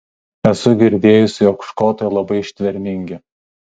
esu girdėjusi jog škotai labai ištvermingi